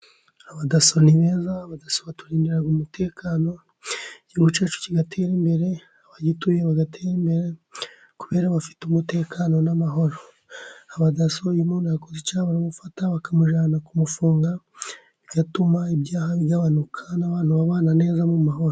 Abadaso ni beza ba turindira umutekano igihugu cyacu kigatera imbere, abagituye bagatera imbere, kubera bafite umutekano n' amahoro; abadaso iyo umuntu yakoze icyaha baramufata bakamujyana, kumufunga bigatuma ibyaha bigabanuka n' abantu babana neza mu mahoro.